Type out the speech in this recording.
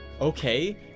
Okay